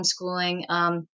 homeschooling